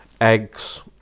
eggs